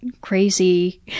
crazy